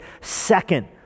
second